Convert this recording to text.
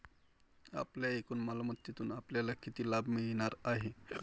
आपल्या एकूण मालमत्तेतून आपल्याला किती लाभ मिळणार आहे?